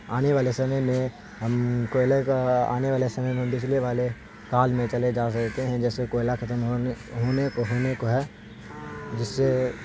آنے والے سمے میں ہم کوئلے کا آنے والے سمے میں بجلی والے کال میں چلے جا سکتے ہیں جیسے کوئلہ ختم ہونے ہونے کو ہونے کو ہے جس سے